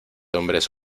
hombres